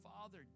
Father